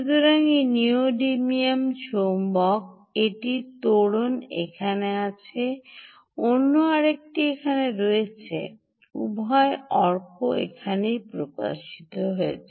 সুতরাং এটি নিউডিমিয়াম চৌম্বক একটি তোরণ এখানে আছে অন্য আরকটি এখানে রয়েছে উভয় Arc এখানে প্রদর্শিত হয়